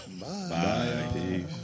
Bye